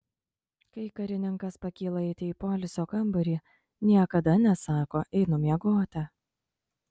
kai karininkas pakyla eiti į poilsio kambarį niekada nesako einu miegoti